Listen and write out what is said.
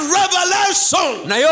revelation